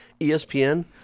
ESPN